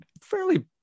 fairly